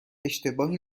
اشتباهی